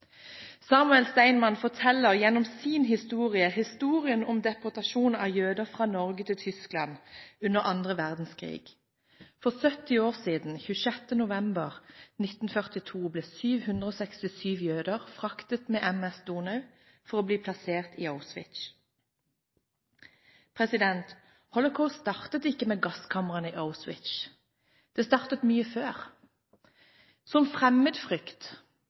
Samuel Steinmann. Samuel Steinmann forteller gjennom sin historie historien om deportasjonen av jøder fra Norge til Tyskland under annen verdenskrig. For 70 år siden, 26. november 1942, ble 767 jøder fraktet med «M/S Donau» for å bli plassert i Auschwitz. Holocaust startet ikke med gasskamrene i Auschwitz. Det startet mye før, som